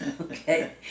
Okay